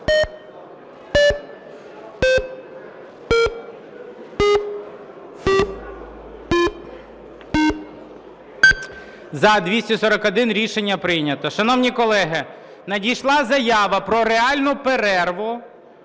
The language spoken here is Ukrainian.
За-241 Рішення прийнято. Шановні колеги, надійшла заяву про реальну перерву